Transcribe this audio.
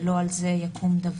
ולא על זה יקום דבר.